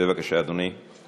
בבקשה, אדוני.